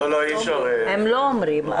הם לא אומרים,